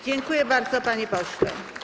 Dziękuję bardzo, panie pośle.